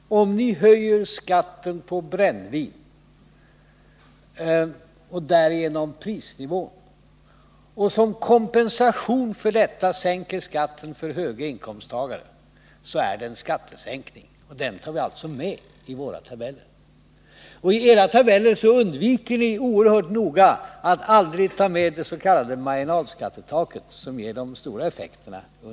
Herr talman! Om regeringen höjer skatten på brännvin och därigenom höjer prisnivån samt som kompensation för detta sänker skatten för höginkomsttagare, så är det en skattesänkning. Den tar vi alltså med i våra tabeller. I era tabeller undviker ni oerhört noga att ta med det s.k. marginalskattetaket som ger de stora effekterna.